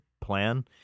plan